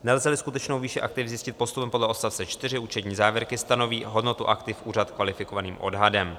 Nelzeli skutečnou výši aktiv zjistit postupem podle odst. 4 účetní závěrky, stanoví hodnotu aktiv úřad kvalifikovaným odhadem.